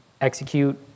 execute